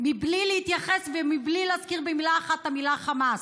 בלי להתייחס ובלי להזכיר במילה אחת את המילה חמאס.